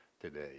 today